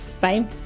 Bye